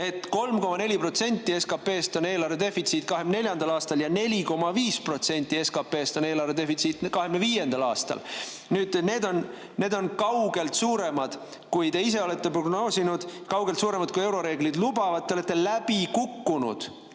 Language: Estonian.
et 3,4% SKP-st on eelarve defitsiit 2024. aastal ja 4,5% SKP-st on eelarve defitsiit 2025. aastal. Need on kaugelt suuremad arvud, kui te ise olete prognoosinud, ja kaugelt suuremad, kui euroreeglid lubavad. Te olete läbi kukkunud,